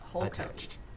Attached